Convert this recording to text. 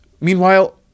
Meanwhile